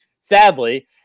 Sadly